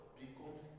becomes